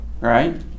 right